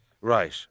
Right